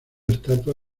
estatua